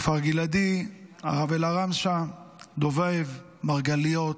כפר גלעדי, ערב אל-עראמשה, דובב, מרגליות,